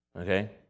Okay